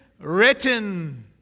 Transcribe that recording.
written